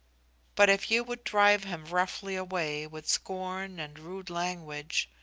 but if you would drive him roughly away with scorn and rude language,